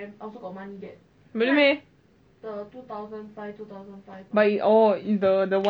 actually cheers quite fast